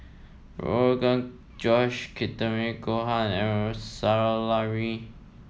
Rogan Josh Takikomi Gohan Salami